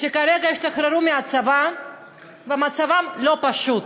שכרגע השתחררו מהצבא ומצבם לא פשוט.